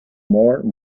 moore